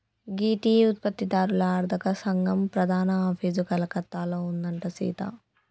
గీ tea ఉత్పత్తి దారుల అర్తక సంగం ప్రధాన ఆఫీసు కలకత్తాలో ఉందంట సీత